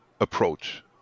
approach